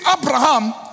Abraham